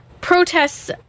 protests